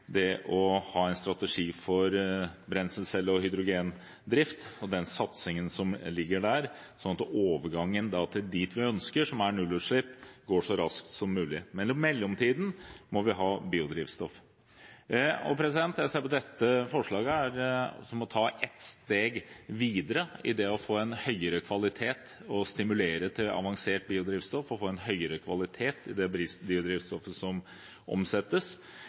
det å ha en strategi for brenselscelle- og hydrogendrift og den satsingen som ligger der – slik at overgangen til nullutslipp, som er det vi ønsker, går så raskt som mulig. Men i mellomtiden må vi ha biodrivstoff. Jeg ser på dette forslaget som å ta ett steg videre mot å få en høyere kvalitet og stimulere til avansert biodrivstoff og til å få en høyere kvalitet i det biodrivstoffet som omsettes.